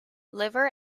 liver